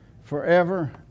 Forever